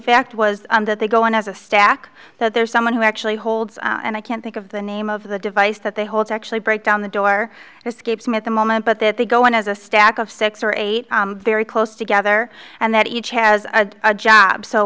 fact was that they go on as a stack that there's someone who actually holds and i can't think of the name of the device that they hold actually break down the door escapes me at the moment but that they go on as a stack of six or eight very close together and that each has a job so